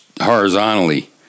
horizontally